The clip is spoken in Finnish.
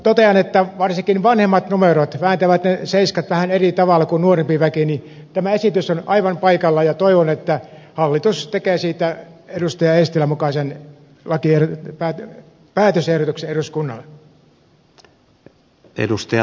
totean että kun varsinkin vanhemmat ihmiset vääntävät ne seiskat vähän eri tavalla kuin nuorempi väki niin tämä esitys on aivan paikallaan ja toivon että hallitus tekee siitä edustaja eestilän mukaisen päätösehdotuksen eduskunnalle